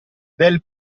del